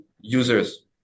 users